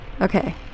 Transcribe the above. Okay